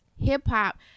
hip-hop